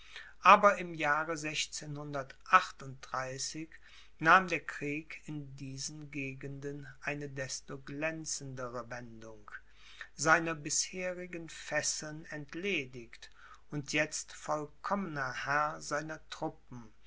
aber im jahre nahm der krieg in diesen gegenden eine desto glänzendere wendung seiner bisherigen fesseln entledigt und jetzt vollkommener herr seiner truppen